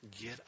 get